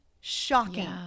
shocking